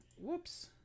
whoops